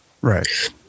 Right